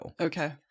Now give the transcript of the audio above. Okay